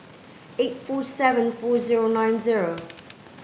eight four seven four zero nine zero